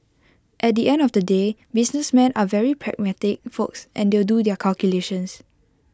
at the end of the day businessmen are very pragmatic folks and they'll do their calculations